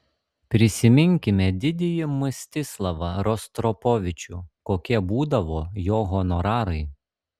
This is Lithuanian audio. prisiminkime didįjį mstislavą rostropovičių kokie būdavo jo honorarai